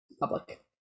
public